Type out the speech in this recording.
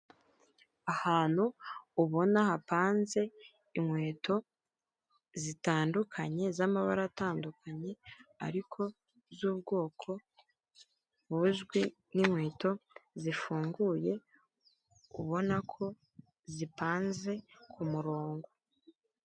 Ahantu ubona hapanze inkweto zitandukanye zamabara atandukanye ariko zubwoko buzwi n’ ikweto zifunguye ubona ko zipanze k’ umurongo.